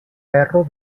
ferro